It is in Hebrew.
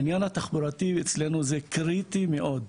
העניין התחבורתי אצלנו הוא קריטי מאוד.